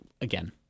again